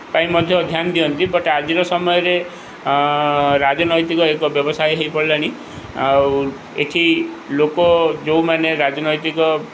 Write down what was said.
ପାଇଁ ମଧ୍ୟ ଧ୍ୟାନ ଦିଅନ୍ତି ବଟ୍ ଆଜିର ସମୟରେ ରାଜନୈତିକ ଏକ ବ୍ୟବସାୟ ହୋଇପଡ଼ିଲାଣି ଆଉ ଏଇଠି ଲୋକ ଯେଉଁମାନେ ରାଜନୈତିକ